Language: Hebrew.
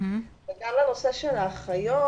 לנושא של האחיות,